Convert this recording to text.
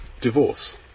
divorce